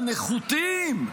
הנחותים,